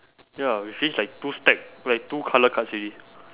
ya we finish like two stack like two colour cards already